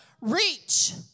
Reach